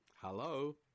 Hello